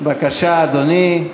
בבקשה, אדוני.